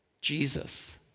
Jesus